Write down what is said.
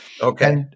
Okay